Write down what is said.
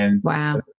Wow